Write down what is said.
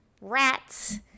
rats